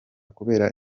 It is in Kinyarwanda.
kubera